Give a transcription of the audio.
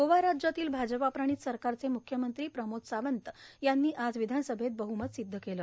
गोवा राज्यातील भाजपप्रणित सरकारचे मुख्यमंत्री प्रमोद सावंत यांनी आज विधानसभेत बद्दमत सिद्ध केलं